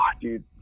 dude